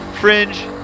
fringe